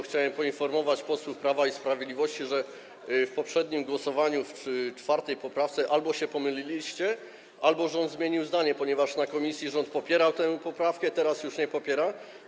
Chciałem poinformować posłów Prawa i Sprawiedliwości, że w poprzednim głosowaniu, przy 4. poprawce, albo się pomylili, albo rząd zmienił zdanie, ponieważ w komisji rząd popierał tę poprawkę, a teraz już nie popiera.